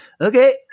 okay